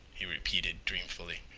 he repeated dreamfully.